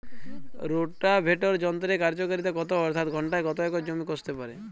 Rotavator যন্ত্রের কার্যকারিতা কত অর্থাৎ ঘণ্টায় কত একর জমি কষতে পারে?